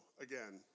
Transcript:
again